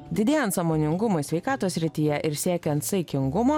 didėjant sąmoningumui sveikatos srityje ir siekiant saikingumo